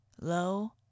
Low